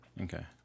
Okay